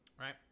Right